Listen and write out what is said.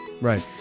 Right